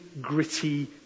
gritty